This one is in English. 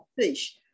fish